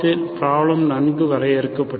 problem நன்கு வரையறுக்கப்பட்டுள்ளது